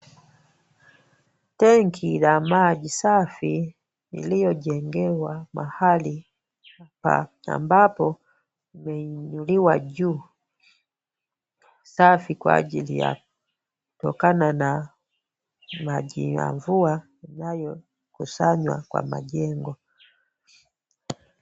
Tenki la maji safi lililojengewa mahali pa ambapo limeinuliwa juu, safi kwa ajili ya kutokana na maji ya mvua yanayokusanywa kwa majengo.